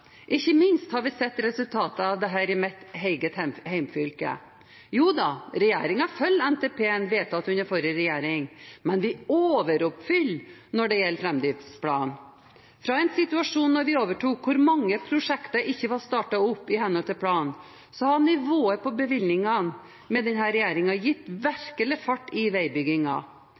Ikke minst har vi sett resultatet av dette i mitt eget hjemfylke. Jo da, regjeringen følger NTP-en vedtatt under forrige regjering, men vi overoppfyller når det gjelder framdriftsplan. Fra en situasjon da vi overtok, der mange prosjekter ikke var startet opp i henhold til plan, har nivået på bevilgningene med denne regjeringen gitt